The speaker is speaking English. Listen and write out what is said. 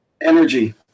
Energy